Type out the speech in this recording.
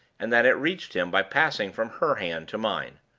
and that it reached him by passing from her hand to mine.